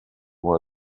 one